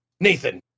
nathan